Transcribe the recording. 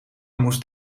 moest